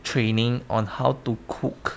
training on how to cook